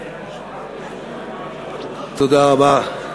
תודה רבה.